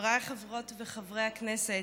חבריי חברות וחברי הכנסת,